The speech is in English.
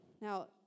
Now